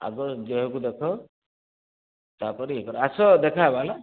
ଆଗ ଦେହକୁ ଦେଖ ତାପରେ ଏକଥା ଆସ ଦେଖାହେବା ହେଲା